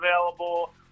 available